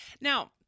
Now